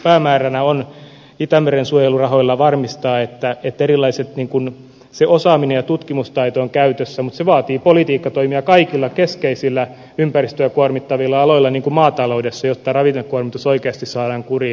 päämääränä on itämeren suojelurahoilla varmistaa että osaaminen ja tutkimustaito ovat käytössä mutta se vaatii politiikkatoimia kaikilla keskeisillä ympäristöä kuormittavilla aloilla niin kuin maataloudessa jotta ravinnekuormitus oikeasti saadaan kuriin